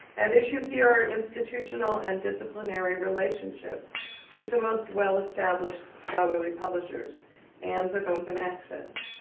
and issues here are institutional and disciplinary relationships with the most well-established scholarly publishers and with open access.